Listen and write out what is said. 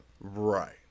Right